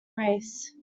race